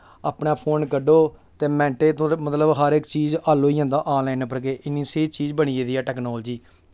अपना फोन कड्ढो ते मतलब मैंटें च मतलब हर इक चीज हल्ल होई जंदा ऑनलाइन फोन पर गै इ'न्नी स्हेई चीज बनी गेदी ऐ टेक्नोलॉजी